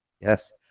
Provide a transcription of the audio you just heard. yes